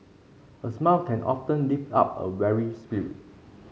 a smile can often lift up a weary spirit